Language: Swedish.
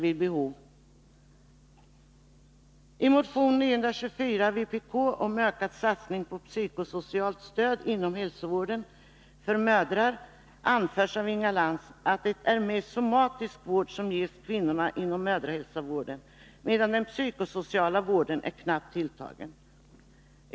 I vpk-motion 924 om ökad satsning på psykosocialt stöd inom hälsovården för mödrar anför Inga Lantz att det är mest somatisk vård som kvinnorna ges inom mödrahälsovården, medan den psykosociala vården är knappt tilltagen.